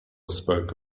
spoke